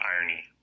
irony